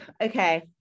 okay